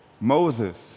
Moses